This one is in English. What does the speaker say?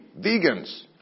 vegans